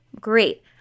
great